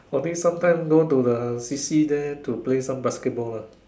only sometime go to the C_C there to play some basketball lah